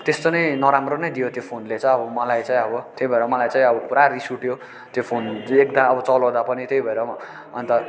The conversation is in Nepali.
त्यस्तो नै नराम्रो नै दियो त्यो फोनले चाहिँ अब मलाई चाहिँ अब त्यही भएर मलाई चाहिँ अब पुरा रिस उठ्यो त्यो फोन देख्दा चाहिँ चलाउँदा पनि त्यही भएर अन्त